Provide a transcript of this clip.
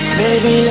baby